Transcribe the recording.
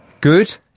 Good